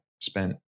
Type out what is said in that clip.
spent